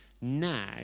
now